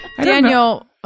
Daniel